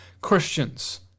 Christians